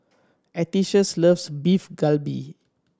Atticus loves Beef Galbi